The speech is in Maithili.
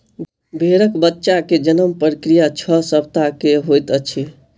भेड़क बच्चा के जन्म प्रक्रिया छह सप्ताह के होइत अछि